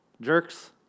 jerks